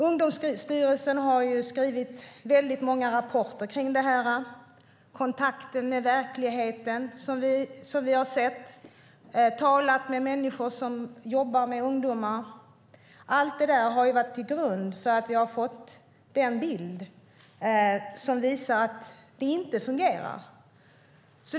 Ungdomsstyrelsen har skrivit många rapporter om detta. Vi har kontakt med verkligheten och har talat med människor som jobbar med ungdomar. Allt detta har legat till grund för den bild som visar att det inte fungerar.